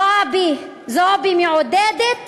זועבי מעודדת